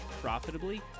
profitably